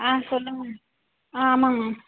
ஆ சொல்லுங்கம்மா ஆ ஆமாங்கம்மா